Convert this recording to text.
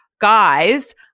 guys